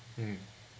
mm